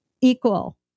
equal